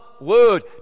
word